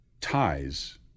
ties